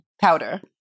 powder